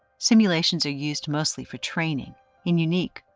simulations are used mostly for training in unique,